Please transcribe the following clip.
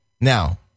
Now